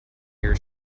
your